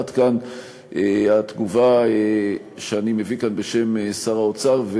עד כאן התגובה שאני מביא כאן בשם שר האוצר,